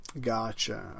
Gotcha